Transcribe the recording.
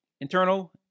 internal